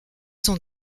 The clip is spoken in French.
son